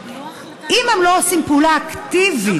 אם הם לא עושים פעולה אקטיבית,